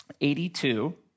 82